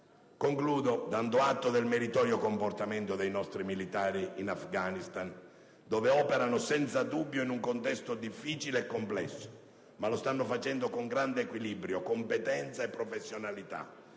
Concludo, dando atto del meritorio comportamento dei nostri militari in Afghanistan, dove operano senza dubbio in un contesto difficile e complesso. Ma lo stanno facendo con grande equilibrio, competenza e professionalità